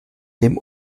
dem